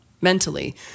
mentally